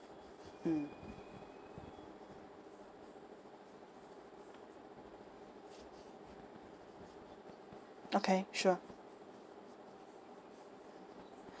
mm okay sure